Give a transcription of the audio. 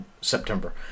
September